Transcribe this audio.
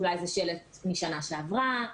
אולי זה שלט משנה שעברה?